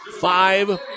Five